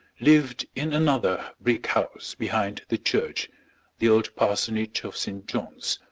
lived in another brick house behind the church the old parsonage of st. john's.